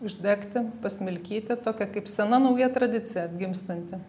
uždegti pasmilkyti tokia kaip sena nauja tradicija atgimstanti